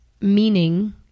meaning